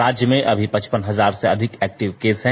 राज्य में अभी पचपन हजार से अधिक एक्टिव केस हैं